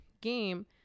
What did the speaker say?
game